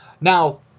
Now